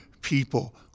people